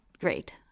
great